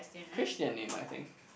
Christian name I think